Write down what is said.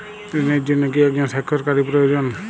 ঋণের জন্য কি একজন স্বাক্ষরকারী প্রয়োজন?